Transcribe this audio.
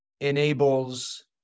enables